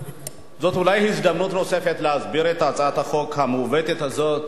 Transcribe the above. זאת אולי הזדמנות נוספת להסביר את הצעת החוק המעוותת הזאת